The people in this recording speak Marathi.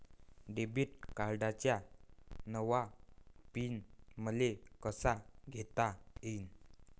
डेबिट कार्डचा नवा पिन मले कसा घेता येईन?